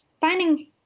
finding